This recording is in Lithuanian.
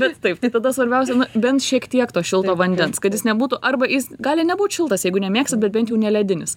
bet taip tai tada svarbiausia bent šiek tiek to šilto vandens kad jis nebūtų arba jis gali nebūt šiltas jeigu nemėgstat bet bent jau ne ledinis